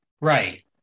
Right